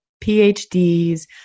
PhDs